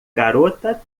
garota